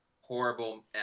horrible